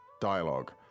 dialogue